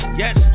yes